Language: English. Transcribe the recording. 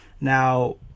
now